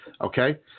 okay